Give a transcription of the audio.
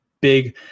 big